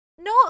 No